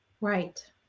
Right